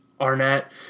Arnett